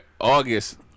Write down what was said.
August